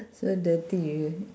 so dirty y~